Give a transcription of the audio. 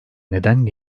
neden